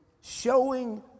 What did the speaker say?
showing